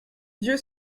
dieu